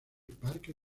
parque